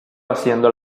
haciendo